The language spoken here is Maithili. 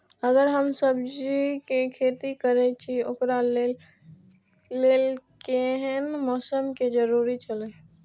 अगर हम सब्जीके खेती करे छि ओकरा लेल के हन मौसम के जरुरी छला?